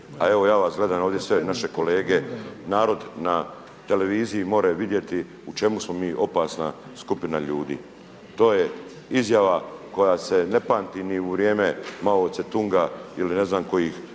a evo ja vas gledam ovdje sve naše kolege narod na televiziji može vidjeti u čemu smo mi opasna skupina ljudi. To je izjava koja se ne pamti ni u vrijeme Mao Ce-tunga ili ne znam kojih